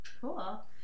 Cool